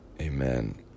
Amen